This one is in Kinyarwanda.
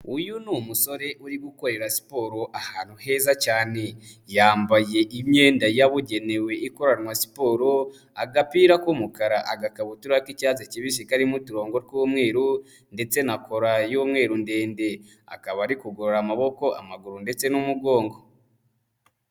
Uyu ni umusore uri gukorera siporo ahantu heza cyane, yambaye imyenda yabugenewe ikoranwa siporo agapira k'umukara, agakabutura k'icyatsi kibisi karimo uturongo tw'umweru ndetse na kora y'umweru ndende, akaba ari kugorora amaboko, amaguru ndetse n'umugongo.